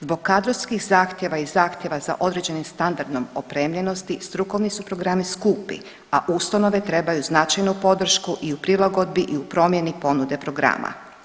Zbog kadrovskih zahtjeva i zahtjeva za određenom standardom opremljenosti strukovni su programi skupi, a ustanove trebaju značajnu podršku i u prilagodbi i u promjeni ponude programa.